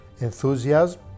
enthusiasm